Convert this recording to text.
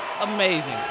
amazing